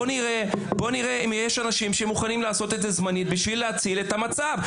בואו נראה אם יש אנשים שמוכנים לעשות את זה זמנית בשביל להציל את המצב.